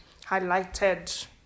highlighted